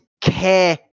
care